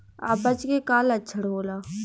अपच के का लक्षण होला?